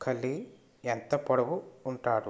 ఖలీ ఎంత పొడవు ఉంటాడు